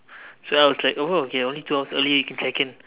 so I was like oh okay only two hours early can check in